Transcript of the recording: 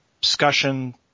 discussion